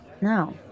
No